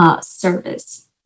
service